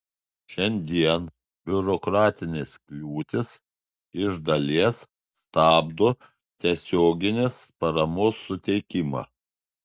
šiandien biurokratinės kliūtys iš dalies stabdo tiesioginės paramos suteikimą